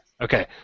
Okay